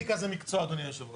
פוליטיקה זה מקצוע, אדוני היושב-ראש.